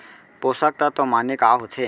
पोसक तत्व माने का होथे?